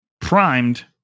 primed